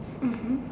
mmhmm